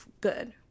good